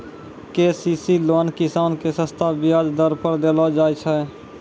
KCC loan किसान के सस्ता ब्याज दर पर देलो जाय छै